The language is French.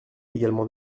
également